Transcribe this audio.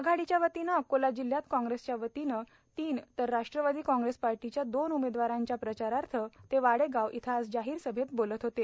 आघाडीच्यावतीनं अकोला जिल्ह्यात काँग्रेसच्या वतीनं तीन तर राष्ट्रवादी काँग्रेस पार्टीच्या दोन उमेदवारांच्या प्रचारार्थ ते वाडेगाव इथं आज जाहीर सभेत बोलत होते